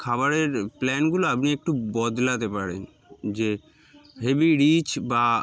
খাবারের প্ল্যানগুলো আপনি একটু বদলাতে পারেন যে হেভি রিচ বা